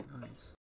nice